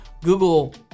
Google